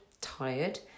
tired